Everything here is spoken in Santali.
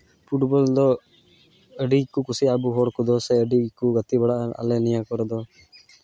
ᱯᱷᱩᱴᱵᱚᱞ ᱫᱚ ᱟᱹᱰᱤ ᱜᱮᱠᱚ ᱠᱩᱥᱤᱭᱟᱜᱼᱟ ᱟᱵᱚ ᱦᱚᱲ ᱠᱚᱫᱚ ᱥᱮ ᱟᱹᱰᱤ ᱠᱚ ᱜᱟᱛᱮ ᱵᱟᱲᱟᱜᱼᱟ ᱟᱞᱮ ᱱᱤᱭᱟᱹ ᱠᱚᱨᱮ ᱫᱚ